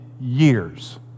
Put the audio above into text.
years